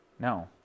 No